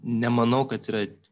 nemanau kad yra